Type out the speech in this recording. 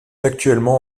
actuellement